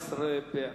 26)